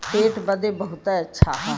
पेट बदे बहुते अच्छा हौ